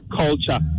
culture